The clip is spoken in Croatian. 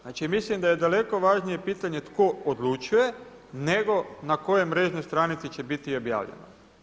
Znači da je daleko važnije pitanje tko odlučuje nego na kojoj mrežnoj stranici će biti objavljeno.